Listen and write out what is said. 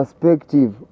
perspective